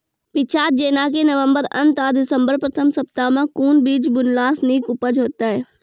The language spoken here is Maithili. पीछात जेनाकि नवम्बर अंत आ दिसम्बर प्रथम सप्ताह मे कून बीज बुनलास नीक उपज हेते?